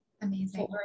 Amazing